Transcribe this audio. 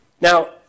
Now